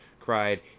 cried